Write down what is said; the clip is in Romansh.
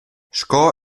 sco